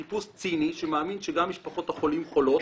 טיפוס ציני שמאמין שגם משפחות החולים חולות,